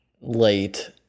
late